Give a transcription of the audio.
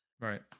Right